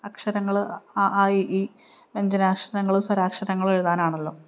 അക്ഷരങ്ങൾ അ ആ ഇ ഈ വ്യഞ്ജനാക്ഷരങ്ങളും സ്വരാക്ഷരങ്ങളും എഴുതാനാണല്ലോ